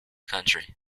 country